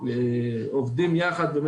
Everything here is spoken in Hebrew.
תקציבי קורונה,